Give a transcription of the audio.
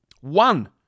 One